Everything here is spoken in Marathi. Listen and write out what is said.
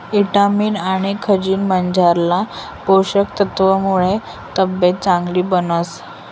ईटामिन आनी खनिजमझारला पोषक तत्वसमुये तब्येत चांगली बनस